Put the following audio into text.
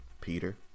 Peter